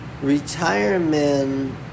retirement